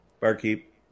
Barkeep